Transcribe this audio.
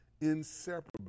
inseparably